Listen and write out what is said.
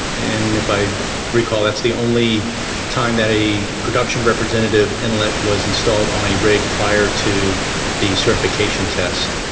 and if i recall, that's the only time that a production representative inlet was installed on a rig prior to the certification test.